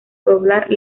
poblar